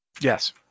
Yes